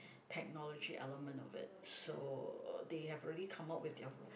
technology element of it so they have already come out with their